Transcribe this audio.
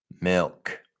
milk